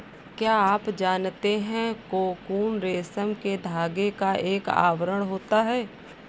क्या आप जानते है कोकून रेशम के धागे का एक आवरण होता है?